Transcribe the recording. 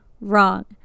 wrong